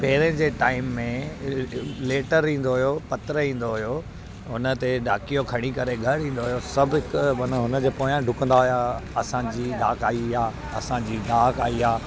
पहिरें जे टाइम में लेटर ईंदो हुओ पत्र ईंदो हुओ हुन ते डाकियो खणी करे घरु ईंदो हुओ सभु हिकु माना हुनजे पोया डुकंदा हुआ जी डाक आई आहे असांजी डाक आई आहे